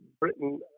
britain